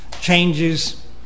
changes